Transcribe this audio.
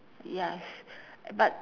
ya it's but